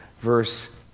verse